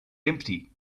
empty